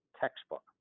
textbook